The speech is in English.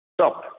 Stop